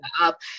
up